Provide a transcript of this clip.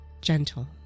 gentle